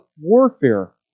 warfare